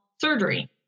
surgery